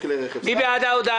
מי בעד אישור ההודעה?